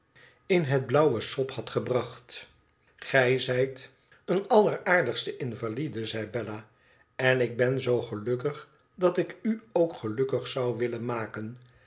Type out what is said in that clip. in het blauwe sop had gebracht gij zijt een alleraardigste invalide zei bella ten ik ben zoo gelukkig dat ik u ook gelukkig zou willen maken